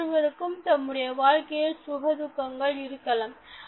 ஒவ்வொருவருக்கும் தம்முடைய வாழ்க்கையில் சுக துக்கங்கள் இருக்கலாம்